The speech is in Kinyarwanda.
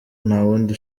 ntawundi